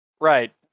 right